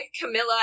Camilla